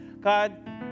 God